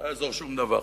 לא יעזור שום דבר,